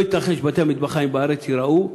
לא ייתכן שבתי-המטבחיים בארץ ייראו,